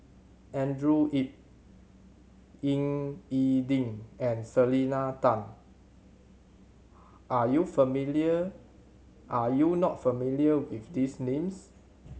Andrew Yip Ying E Ding and Selena Tan are you familiar are you not familiar with these names